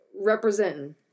representing